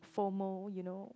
for more you know